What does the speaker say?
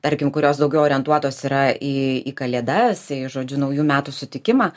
tarkim kurios daugiau orientuotos yra į į kalėdas į žodžiu naujų metų sutikimą